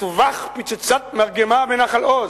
טווח פצצת מרגמה בנחל-עוז,